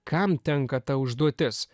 kam tenka ta užduotis